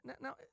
Now